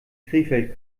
krefeld